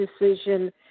decision